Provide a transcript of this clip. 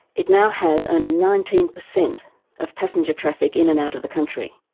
it now has only nineteen per cent of passenger traffic in and out of the country.